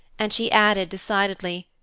and she added, decidedly,